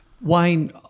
Wayne